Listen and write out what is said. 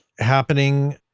happening